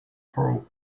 pearl